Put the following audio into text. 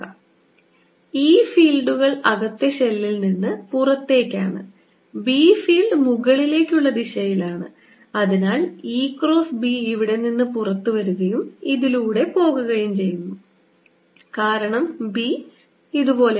E ഫീൽഡുകൾ അകത്തെ ഷെല്ലിൽ നിന്ന് പുറത്തേക്കാണ് B ഫീൽഡ് മുകളിലേക്കുള്ള ദിശയിലാണ് അതിനാൽ E ക്രോസ് B ഇവിടെ നിന്ന് പുറത്തു വരികയും ഇതിലൂടെ പോകുകയും ചെയ്യുന്നു കാരണം B ഇതുപോലെയാണ്